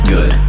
Good